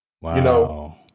wow